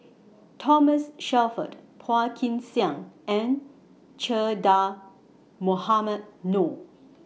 Thomas Shelford Phua Kin Siang and Che Dah Mohamed Noor